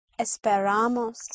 esperamos